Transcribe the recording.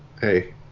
hey